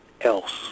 else